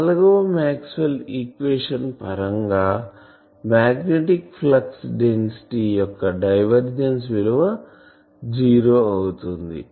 నాల్గవ Maxwell equation పరంగా magnetic flux density యొక్క డైవర్జన్స్ విలువ జీరో అవుతుంది